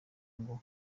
ngo